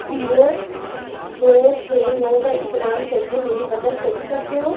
zero दो छे नौ दा इस्तमाल करियै मेरी मदद करी सकदे ओ